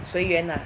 随缘 lah